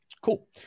Cool